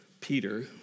peter